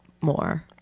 more